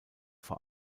vor